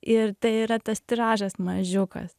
ir tai yra tas tiražas mažiukas